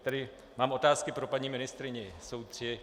Tedy mám otázky pro paní ministryni, jsou tři.